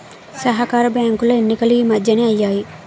సహకార బ్యాంకులో ఎన్నికలు ఈ మధ్యనే అయ్యాయి